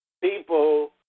people